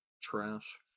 trash